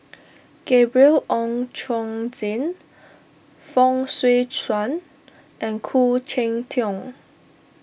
Gabriel Oon Chong Jin Fong Swee Suan and Khoo Cheng Tiong